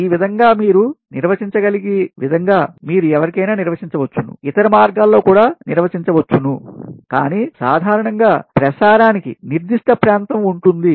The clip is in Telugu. ఈ విధంగా మీరు నిర్వచించగలిగే విధంగా మీరు ఎవరికైనా నిర్వచించవచ్చు ఇతర మార్గాల్లో కూడా నిర్వచించవచ్చు కాని సాధారణంగా ప్రసారానికి నిర్దిష్ట ప్రాంతం ఉంటుంది